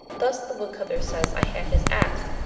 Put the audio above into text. thus, the woodcutter says i had his ax,